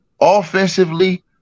offensively